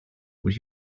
what